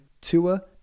Tua